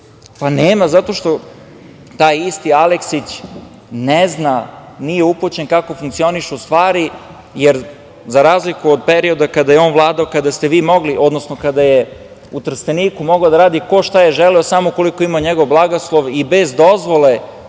Pa nema, zato što taj isti Aleksić ne zna, nije upućen kako funkcionišu stvari, jer za razliku od perioda kada je on vladao, odnosno kada je u Trsteniku mogao da radi ko šta je želeo samo ukoliko ima njegov blagoslov i bez dozvole